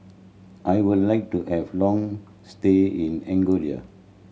I would like to have long stay in Angola